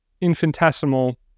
infinitesimal